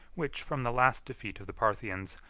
which, from the last defeat of the parthians,